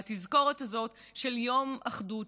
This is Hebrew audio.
והתזכורת הזאת של יום אחדות,